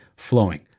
flowing